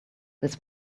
this